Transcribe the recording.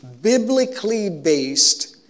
biblically-based